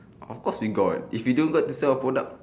of course we got if we don't got to sell our product